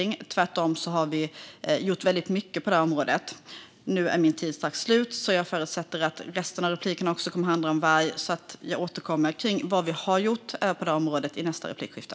Vi har tvärtom gjort väldigt mycket på detta område. Nu är min tid strax slut. Jag förutsätter att resten av inläggen också kommer att handla om varg, så jag återkommer i mitt nästa inlägg till vad vi har gjort på detta område.